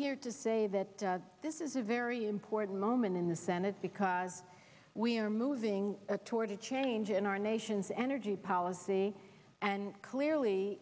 here to say that this is a very important moment in the senate because we are moving toward a change in our nation's energy policy and clearly